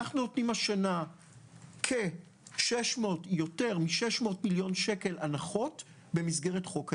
אנחנו נותנים השנה הנחות של יותר מ-600 מיליון שקל במסגרת חוק ההסדרים.